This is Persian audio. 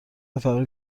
فقیری